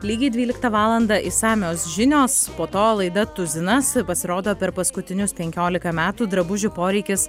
lygiai dvyliktą valandą išsamios žinios po to laida tuzinas pasirodo per paskutinius penkiolika metų drabužių poreikis